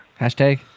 Hashtag